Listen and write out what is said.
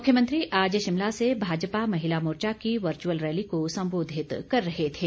मुख्यमंत्री आज शिमला से भाजपा महिला मोर्चा की वर्चुअल रैली को सम्बोधित कर रहे थे